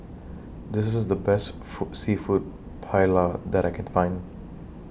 This IS The Best Food Seafood Paella that I Can Find